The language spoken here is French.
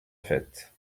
fête